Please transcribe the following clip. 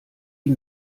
die